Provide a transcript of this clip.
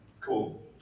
Cool